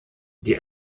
die